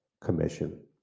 commission